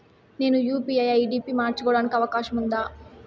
నేను UPI ID పి మార్చుకోవడానికి అవకాశం ఉందా?